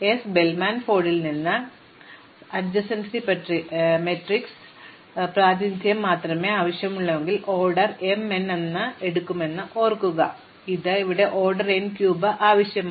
നിങ്ങൾ എസ് വരിയും എല്ലാ എൻട്രികളും നോക്കിയാൽ എസ് ൽ നിന്നുള്ള ഏറ്റവും ചെറിയ പാത പറയുന്നു എന്നാൽ ആ പ്രത്യേക സാഹചര്യത്തിൽ എസ് ബെൽമാൻ ഫോർഡിൽ നിന്ന് ബുദ്ധിമാനായ സമീപസ്ഥല പട്ടിക പ്രാതിനിധ്യം മാത്രമേ എനിക്ക് ആവശ്യമുള്ളൂവെങ്കിൽ ഓർഡർ mn എടുക്കുമെന്ന് ഓർക്കുക പക്ഷേ ഇത് ഇവിടെയാണ് ഓർഡർ n ക്യൂബ് ആവശ്യമാണ്